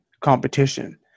Competition